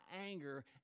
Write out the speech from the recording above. anger